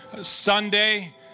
Sunday